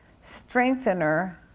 strengthener